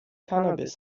cannabis